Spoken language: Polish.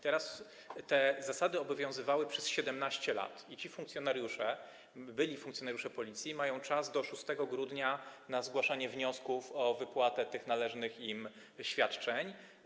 Te zasady obowiązywały przez 17 lat i ci funkcjonariusze, byli funkcjonariusze Policji mają czas do 6 grudnia na zgłaszanie wniosków o wypłatę należnych im świadczeń.